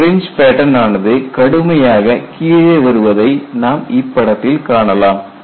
fringe pattern ஆனது கடுமையாக கீழே வருவதை நாம் இப்படத்தில் காண்கிறோம்